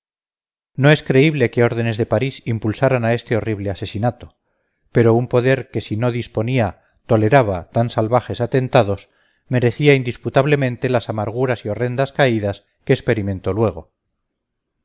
no es creíble que órdenes de parís impulsaran este horrible asesinato pero un poder que si no disponía toleraba tan salvajes atentados merecía indisputablemente las amarguras y horrendas caídas que experimentó luego